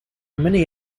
many